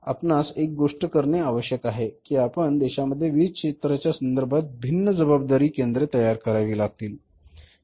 मग आपणास एक गोष्ट करणे आवश्यक आहे की आपण देशामध्ये वीज क्षेत्राच्या संदर्भात भिन्न जबाबदारी केंद्रे तयार करावी लागतील